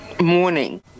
morning